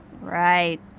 Right